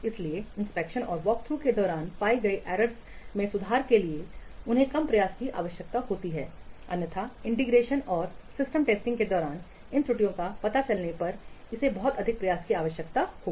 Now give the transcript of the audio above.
इसलिए इंस्पेक्शन और वॉकथ्रू के दौरान पाई गई एरर्स में सुधार के लिए उन्हें कम प्रयास की आवश्यकता होती है अन्यथा इंटीग्रेशन और सिस्टम टेस्टिंग के दौरान इन त्रुटियों का पता चलने पर इसे बहुत अधिक प्रयास की आवश्यकता होगी